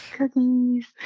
Cookies